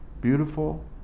beautiful